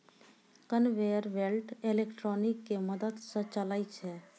conveyor belt electric के मदद स चलै छै